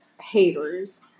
haters